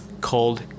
Called